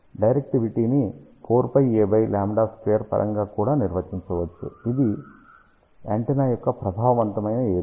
డైరెక్టివిటీని 4𝝿Aƛ2 పరంగా కూడా నిర్వచించవచ్చు ఇక్కడ ఇది యాంటెన్నా యొక్క ప్రభావవంతమైన ఏరియా